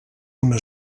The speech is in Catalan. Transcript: una